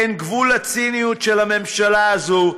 אין גבול לציניות של הממשלה הזאת.